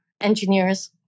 Engineers